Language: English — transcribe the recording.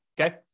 Okay